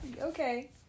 okay